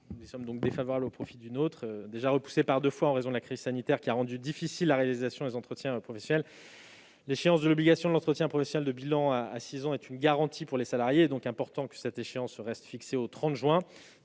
du mien, qui le satisfait partiellement. Déjà repoussée par deux fois en raison de la crise sanitaire, qui a rendu difficile la réalisation des entretiens professionnels, l'échéance de l'obligation de l'entretien professionnel de bilan à six ans est une garantie pour les salariés. Il est important que cette échéance reste fixée au 30 juin.